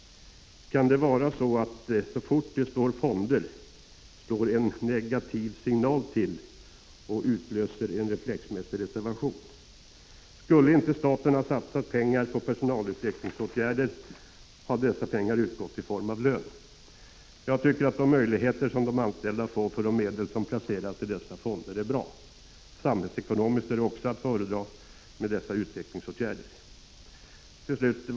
Kan det vara så, att så fort det står fonder slår en negativ signal till och utlöser en reflexmässig reservation? Skulle inte staten ha satsat pengar på personalutvecklingsåtgärder, hade dessa pengar utgått i form av lön. Jag tycker att de möjligheter som de anställda får för de medel som placeras i dessa fonder är bra. Samhällsekonomiskt är dessa utvecklingsåtgärder också att föredra.